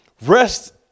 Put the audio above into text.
Rest